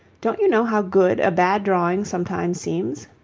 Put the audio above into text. don't you know how good a bad drawing sometimes seems?